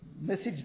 message